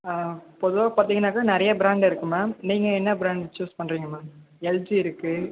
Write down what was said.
ஆ பொதுவாக பார்த்தீங்கன்னாக்கா நிறைய பிராண்ட் இருக்குது மேம் நீங்கள் என்ன பிராண்ட் சூஸ் பண்ணுறீங்க மேம் எல்ஜி இருக்குது